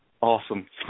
Awesome